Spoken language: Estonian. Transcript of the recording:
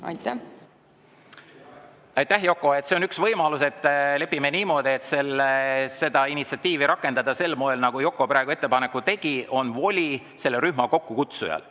Aitäh, Yoko! See on üks võimalus. Lepime niimoodi kokku, et seda initsiatiivi rakendada sel moel, nagu Yoko praegu ettepaneku tegi, on voli rühma kokkukutsujal.